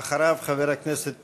אחריו, חבר הכנסת